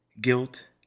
guilt